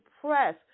press